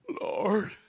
Lord